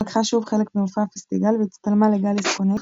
לקחה שוב חלק במופע הפסטיגל והצטלמה ל-"גאליס - קונקט",